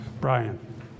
Brian